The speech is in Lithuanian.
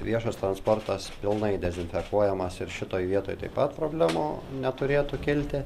viešas transportas pilnai dezinfekuojamas ir šitoj vietoj taip pat problemų neturėtų kilti